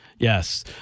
Yes